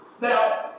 Now